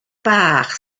bach